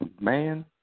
man